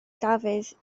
dafydd